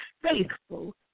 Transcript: faithful